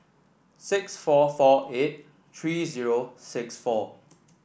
six four four eight three zero six four